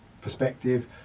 perspective